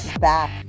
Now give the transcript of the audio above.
back